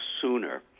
sooner